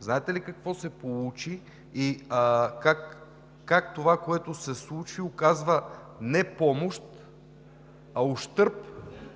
Знаете ли какво се получи и как това, което се случи, оказва не помощ, а е в ущърб